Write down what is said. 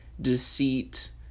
deceit